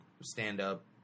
stand-up